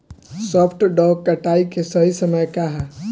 सॉफ्ट डॉ कटाई के सही समय का ह?